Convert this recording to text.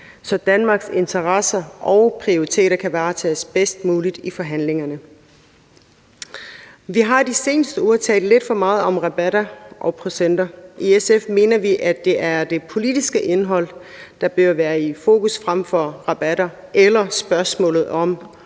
så Danmarks interesser og prioriteter kan varetages bedst muligt i forhandlingerne. Vi har i de seneste uger talt lidt for meget om rabatter og procenter. I SF mener vi, at det er det politiske indhold, der bør være i fokus frem for rabatter eller spørgsmålet om,